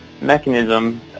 mechanism